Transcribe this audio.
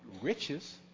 riches